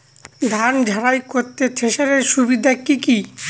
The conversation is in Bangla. ধান ঝারাই করতে থেসারের সুবিধা কি কি?